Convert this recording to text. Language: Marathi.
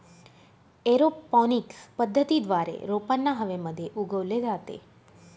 एरोपॉनिक्स पद्धतीद्वारे रोपांना हवेमध्ये उगवले जाते